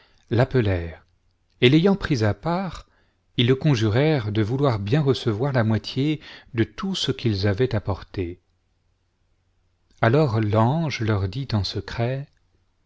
l'appelèrent et l'ayant pris à part ils le conjurèrent de vouloir bien recevoir la moitié de tout ce qu'ils avaient apporté alors l'ange leur dit en secret